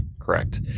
Correct